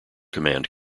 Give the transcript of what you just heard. command